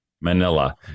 Manila